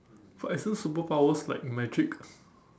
but isn't superpowers like magic